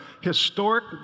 Historic